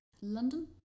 London